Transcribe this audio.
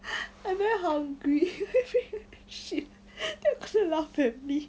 I very hungry shit then you go and laugh at me